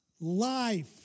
Life